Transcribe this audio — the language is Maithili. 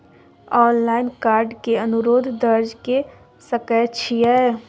ऑनलाइन कार्ड के अनुरोध दर्ज के सकै छियै?